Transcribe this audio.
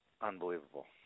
unbelievable